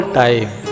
time